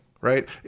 right